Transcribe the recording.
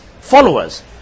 followers